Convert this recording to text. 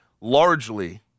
largely